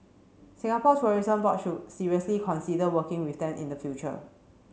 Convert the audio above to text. Singapore Tourism Board should seriously consider working with them in the future